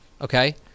Okay